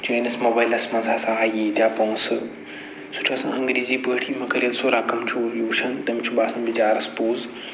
چٲنِس موبایِلَس منٛز ہسا آیہِ ییٖتیٛاہ پونٛسہٕ سُہ چھُ آسان انگریٖزی پٲٹھی مگر ییٚلہِ سُہ رَقَم چھِ وٕچھان تٔمِس چھُ باسان بِچارَس پوٚز